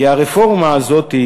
כי הרפורמה הזאת,